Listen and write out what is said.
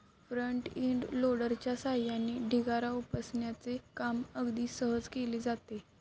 front end लोडरच्या सहाय्याने ढिगारा उपसण्याचे काम अगदी सहज केले जाते